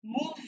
move